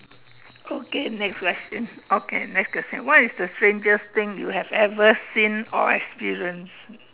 okay next question okay next question what is the strangest thing you have ever seen or experienced